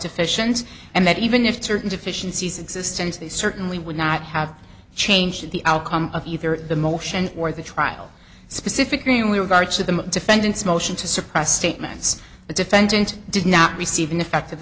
deficient and that even if certain deficiencies existence they certainly would not have changed the outcome of the motion or the trial specifically regards to the defendant's motion to suppress statements the defendant did not receive ineffective